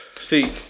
See